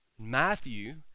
Matthew